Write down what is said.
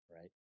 right